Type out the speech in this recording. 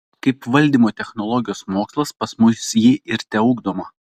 kaip valdymo technologijos mokslas pas mus ji ir teugdoma